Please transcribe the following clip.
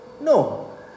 No